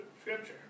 scripture